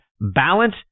balance